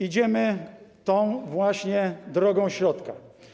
Idziemy tą właśnie drogą środka.